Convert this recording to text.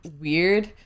weird